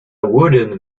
wooden